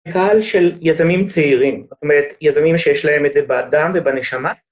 קהל של יזמים צעירים, זאת אומרת, יזמים שיש להם את זה בדם ובנשמה.